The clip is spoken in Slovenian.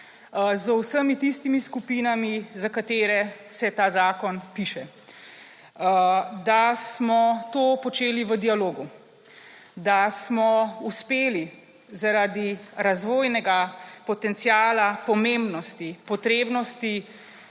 z vsemi tistimi skupinami, za katere se ta zakon piše. Da smo to počeli v dialogu. Da smo uspeli zaradi razvojnega potenciala, pomembnosti, potrebnosti